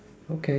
okay